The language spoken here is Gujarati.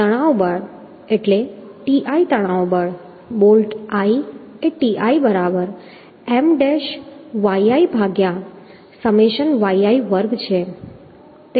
તેથી તણાવ બળ એટલે Ti તણાવ બળ બોલ્ટ i એ Ti બરાબર M ડેશ yi ભાગ્યા સમેશન yi વર્ગ છે